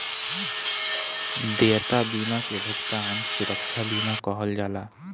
देयता बीमा के भुगतान सुरक्षा बीमा कहल जाला